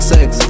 Sex